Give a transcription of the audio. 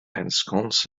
ensconce